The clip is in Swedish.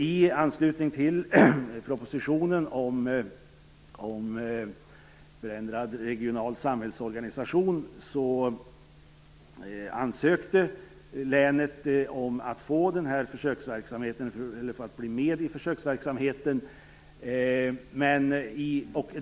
I anslutning till propositionen om förändrad regional samhällsorganisation ansökte länet om att bli med i den här försöksverksamheten.